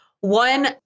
one